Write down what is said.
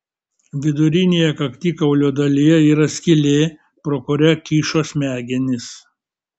vidurinėje kaktikaulio dalyje yra skylė pro kurią kyšo smegenys